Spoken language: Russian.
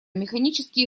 механические